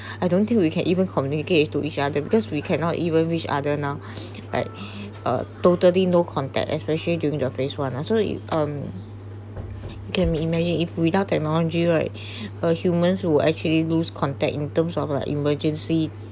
I don't think we can even communicate to each other because we cannot even reach other now but uh totally no contact especially during the phase one ah so um you can't~ imagine if without technology right uh humans who actually lose contact in terms of an emergency